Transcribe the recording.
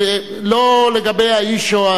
לא לגבי האיש או,